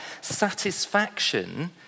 satisfaction